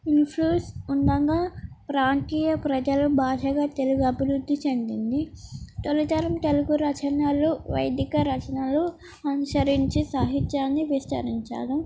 influence ఉండగా ప్రాంతీయ ప్రజలు భాషగా తెలుగు అభివృద్ధి చెందింది తొలితరం తెలుగు రచనాలు వైదిక రచనాలు అనుసరించి సాహిత్యాన్ని విస్తరించాారు